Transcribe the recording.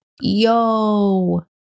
yo